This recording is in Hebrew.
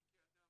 אני כאדם,